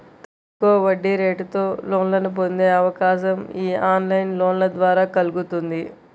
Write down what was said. తక్కువ వడ్డీరేటుతో లోన్లను పొందే అవకాశం యీ ఆన్లైన్ లోన్ల ద్వారా కల్గుతుంది